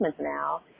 now